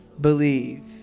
believe